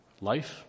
Life